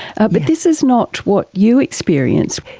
ah but this is not what you experienced.